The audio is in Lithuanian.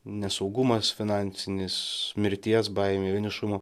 nesaugumas finansinis mirties baimė vienišumo